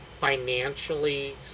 financially